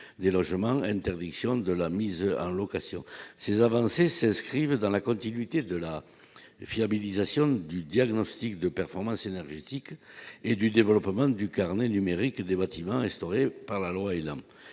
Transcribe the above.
des logements, interdiction de la mise en location ces avancées s'inscrivent dans la continuité de la fiabilisation du diagnostic de performance énergétique et du développement du carnet numérique des bâtiments instauré par la loi mais